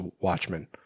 Watchmen